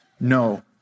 No